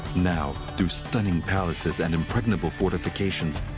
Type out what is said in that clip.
now, through stunning palaces and impregnable fortifications,